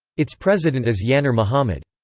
its president is yanar mohammed.